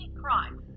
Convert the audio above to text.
crime